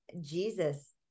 Jesus